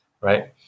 right